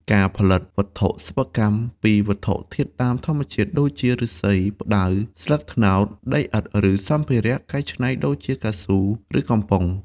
ការផលិតវត្ថុសិប្បកម្មពីវត្ថុធាតុដើមធម្មជាតិ ដូចជាឫស្សី ផ្តៅ ស្លឹកត្នោត ដីឥដ្ឋ ឬសម្ភារៈកែច្នៃដូចជាកៅស៊ូឫកំប៉ុង។